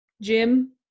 Jim